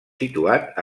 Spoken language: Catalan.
situat